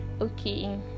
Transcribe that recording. okay